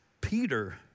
Peter